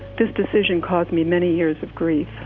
this decision caused me many years of grief.